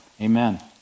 Amen